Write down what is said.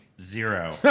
Zero